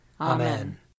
Amen